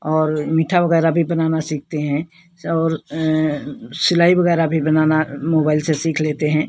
और मीठा वगैरह भी बनाना सीखते हैं और सिलाई वगैरह भी बनाना मोबाइल से सीख लेते हैं